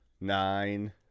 nine